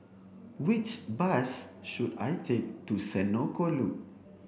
which bus should I take to Senoko Loop